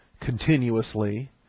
continuously